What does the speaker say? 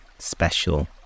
special